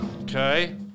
Okay